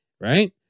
Right